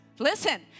Listen